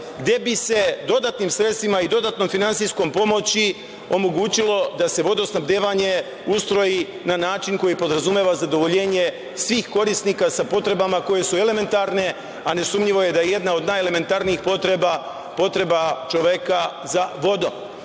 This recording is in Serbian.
gde bi se dodatnim sredstvima i dodatnom finansijskom pomoći omogućilo da se vodosnabdevanje ustroji na način koji podrazumeva zadovoljenje svih korisnika sa potrebama koje su elementarne, a nesumnjivo je da je jedna od najelementarnijih potreba, potreba čoveka za vodom.U